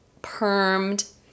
permed